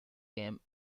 game